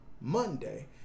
Monday